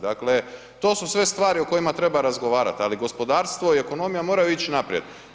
Dakle, to su sve stvari o kojima treba razgovarat, ali gospodarstvo i ekonomija moraju ići naprijed.